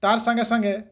ତାର ସାଙ୍ଗେ ସାଙ୍ଗେ